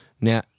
Now